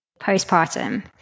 postpartum